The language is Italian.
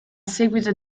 seguito